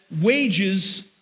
wages